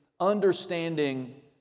Understanding